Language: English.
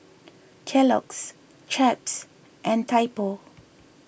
Kellogg's Chaps and Typo